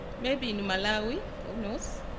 maybe in malawi, who knows,